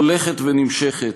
הולכת ונמשכת,